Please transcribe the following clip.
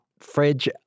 fridge